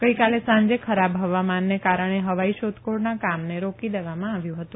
ગઈકાલે સાંજે ખરાબ હવામાનને કારણે હવાઈ શોધખોળના કામને રોકી દેવામાં આવ્યું હતું